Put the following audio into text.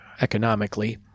economically